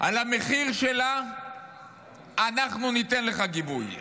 על המחיר שלה אנחנו ניתן לך גיבוי.